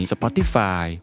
Spotify